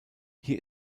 hier